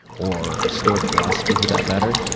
or stoic philosophy, for that matter,